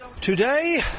Today